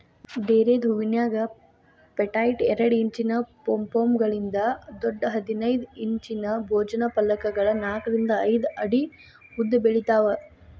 ಡೇರೆದ್ ಹೂವಿನ್ಯಾಗ ಪೆಟೈಟ್ ಎರಡ್ ಇಂಚಿನ ಪೊಂಪೊಮ್ಗಳಿಂದ ದೊಡ್ಡ ಹದಿನೈದ್ ಇಂಚಿನ ಭೋಜನ ಫಲಕಗಳ ನಾಕರಿಂದ ಐದ್ ಅಡಿ ಉದ್ದಬೆಳಿತಾವ